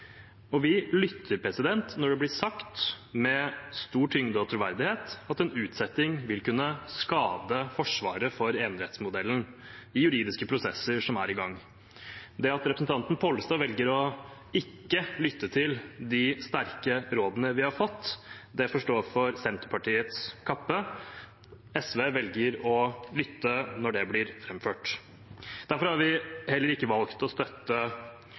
Vi lytter når det blir sagt med stor tyngde og troverdighet at en utsettelse vil kunne skade forsvaret av enerettsmodellen i juridiske prosesser som er i gang. Det at representanten Pollestad velger ikke å lytte til de sterke rådene vi har fått, får Senterpartiets ta på sin kappe. SV velger å lytte når rådene blir framført. Derfor har vi heller ikke valgt å støtte